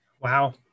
wow